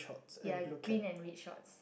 ya green and red shorts